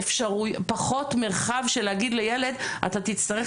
פחות מרחב של להגיד לילד אתה תצטרך